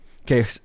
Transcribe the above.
Okay